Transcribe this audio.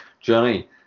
Johnny